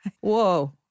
Whoa